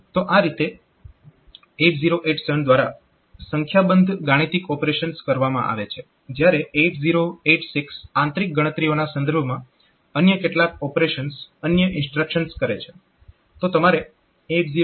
તો આ રીતે 8087 દ્વારા સંખ્યાબંધ ગાણિતિક ઓપરેશન્સ કરવામાં આવે છે જ્યારે 8086 આંતરીક ગણતરીઓના સંદર્ભમાં અન્ય કેટલાક ઓપરેશન અન્ય ઇન્સ્ટ્રક્શન્સ કરે છે